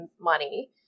money